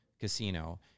Casino